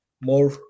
more